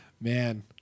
Man